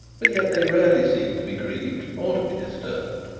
but yet they rarely seemed to be grieved or to be disturbed.